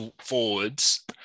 forwards